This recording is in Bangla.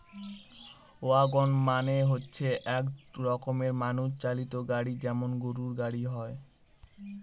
ওয়াগন মানে হচ্ছে এক রকমের মানুষ চালিত গাড়ি যেমন গরুর গাড়ি হয়